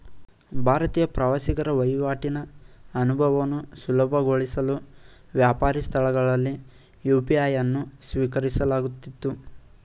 ಭಾರತೀಯ ಪ್ರವಾಸಿಗರ ವಹಿವಾಟಿನ ಅನುಭವವನ್ನು ಸುಲಭಗೊಳಿಸಲು ವ್ಯಾಪಾರಿ ಸ್ಥಳಗಳಲ್ಲಿ ಯು.ಪಿ.ಐ ಅನ್ನು ಸ್ವೀಕರಿಸಲಾಗುತ್ತಿತ್ತು